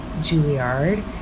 Juilliard